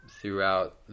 throughout